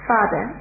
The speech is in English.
Father